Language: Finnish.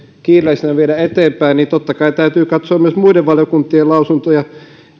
kiireellisenä viedä eteenpäin totta kai täytyy katsoa myös muiden valiokuntien lausuntoja